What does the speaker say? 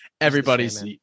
Everybody's